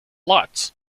lutz